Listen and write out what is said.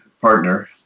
partner